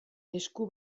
esku